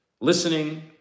listening